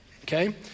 Okay